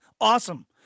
Awesome